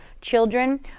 children